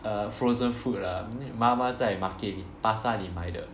uh frozen food lah 妈妈在 market 巴刹里买的